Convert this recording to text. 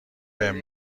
بهم